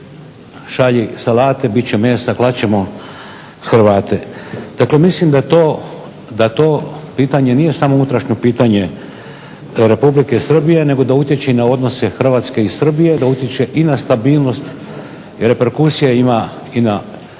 šalji salate, bit će mesa klat ćemo Hrvate". Dakle, mislim da to pitanje nije samo unutrašnje pitanje Republike Srbije nego da utječe i na odnose Hrvatske i Srbije, da utječe i na stabilnost. Reperkusija ima i na